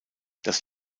das